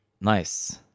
Nice